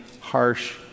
harsh